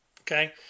Okay